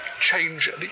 change